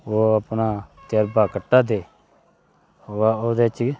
ओह् अपना तजर्बा कट्टै दे ओह्दे च